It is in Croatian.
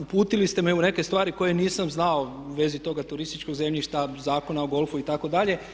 Uputili ste me u neke stvari koje nisam znao u vezi toga turističkog zemljišta, Zakona o golfu itd.